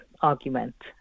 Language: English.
argument